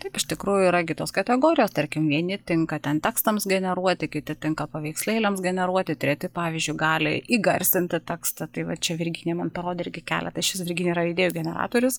taip iš tikrųjų yra gi tos kategorijos tarkim vieni tinka ten tekstams generuoti kiti tinka paveikslėliams generuoti treti pavyzdžiui gali įgarsinti tekstą tai va čia virginija man parodė irgi keletą iš vis virginija yra idėjų generatorius